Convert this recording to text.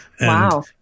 Wow